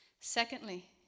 Secondly